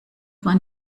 man